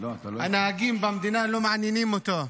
הנהגים במדינה לא מעניינים אותו.